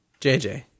JJ